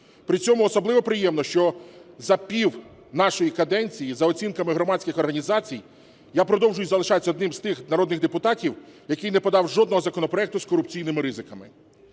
при цьому особливо приємно, що за пів нашої каденції, за оцінками громадських організацій, я продовжую залишатися одним з тих народних депутатів, який не подав жодного законопроекту з корупційними ризиками.